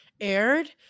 aired